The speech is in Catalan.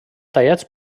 tallats